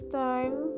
time